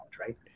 right